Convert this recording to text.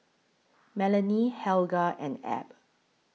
Melanie Helga and Ab